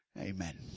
Amen